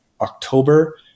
October